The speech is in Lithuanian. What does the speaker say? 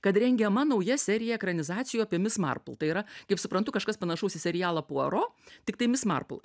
kad rengiama nauja serija ekranizacijų apie mis marpl tai yra kaip suprantu kažkas panašaus į serialą puaro tiktai mis marpl